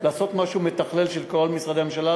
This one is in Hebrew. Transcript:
לעשות משהו מתכלל של כל משרדי הממשלה.